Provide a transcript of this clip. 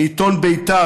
מעיתון בית"ר,